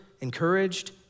encouraged